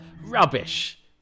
Rubbish